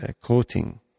coating